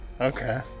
okay